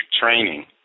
training